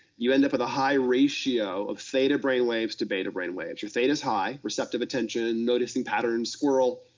you end up with a high ratio of theta brainwaves to beta brainwaves. your theta's high, receptive attention, noticing patterns, squirrel,